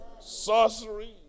sorcery